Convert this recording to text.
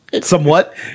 Somewhat